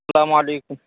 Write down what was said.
السّلام علیکم